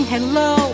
Hello